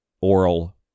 oral